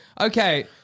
Okay